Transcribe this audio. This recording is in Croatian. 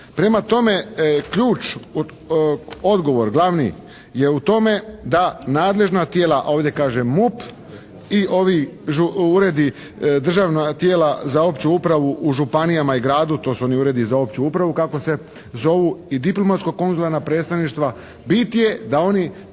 Prema tome ključ, odgovor glavni je u tome da nadležna tijela, a ovdje kaže MUP i ovi uredi državna tijela za opću upravu u županijama i gradu, to su oni uredi za opću upravu kako se zovu i diplomatsko konzularna predstavništva. Bit je da oni